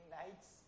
nights